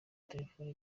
telefoni